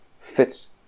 fits